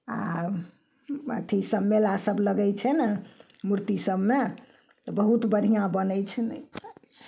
आओर अथी सब मेला सब लगय छै ने मूर्ति सबमे तऽ बहुत बढ़िआँ बनय छै